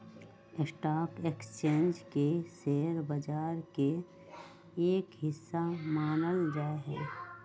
stock exchange के share बाजार के एक हिस्सा मानल जा हई